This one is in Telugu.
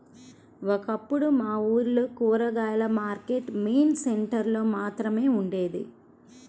ఒకప్పుడు మా ఊర్లో కూరగాయల మార్కెట్టు మెయిన్ సెంటర్ లో మాత్రమే ఉండేది